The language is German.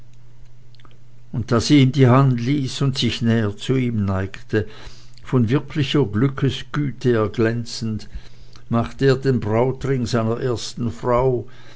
und da sie ihm die hand ließ und sich näher zu ihm neigte von wirklicher glückesgüte erglänzend machte er den brautring seiner ersten frau